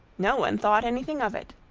no one thought anything of it.